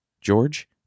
george